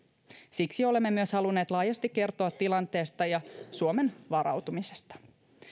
siksi olemme myös halunneet laajasti kertoa tilanteesta ja suomen varautumisesta